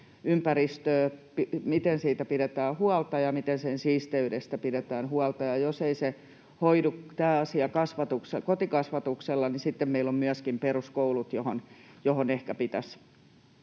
ympäristöstä pidetään huolta ja miten sen siisteydestä pidetään huolta, ja jos ei hoidu tämä asia kotikasvatuksella, niin sitten meillä on myöskin peruskoulut, joihin ehkä pitäisi